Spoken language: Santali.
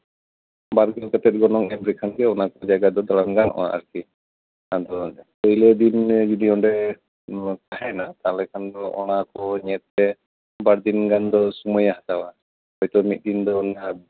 ᱵᱟᱨᱜᱮᱞ ᱠᱟᱛᱮ ᱜᱚᱱᱚᱝ ᱮᱢ ᱞᱮᱠᱷᱟᱱᱜᱮ ᱚᱱᱟ ᱠᱚ ᱡᱟᱭᱜᱟ ᱫᱚ ᱫᱟᱬᱟᱱ ᱜᱟᱱᱚᱜᱼᱟ ᱟᱨᱠᱤ ᱟᱫᱚ ᱯᱳᱭᱞᱳ ᱫᱤᱱ ᱨᱮ ᱡᱩᱫᱤ ᱚᱸᱰᱮ ᱱᱚᱣᱟ ᱛᱟᱦᱮᱱᱟ ᱛᱟᱦᱞᱮ ᱠᱷᱟᱱ ᱫᱚ ᱱᱚᱣᱟᱠᱚ ᱧᱮᱞᱛᱮ ᱵᱟᱨᱫᱤᱱ ᱜᱟᱱ ᱫᱚ ᱥᱚᱢᱚᱭᱮ ᱦᱟᱛᱟᱣᱟ ᱦᱳᱭᱛᱳ ᱢᱤᱫ ᱫᱤᱱ ᱫᱚ ᱚᱱᱟ